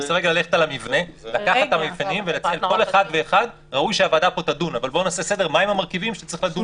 אני מנסה ללכת על המבנה ולעשות סדר מהם המרכיבים שצריך לדון בהם.